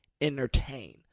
entertain